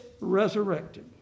resurrected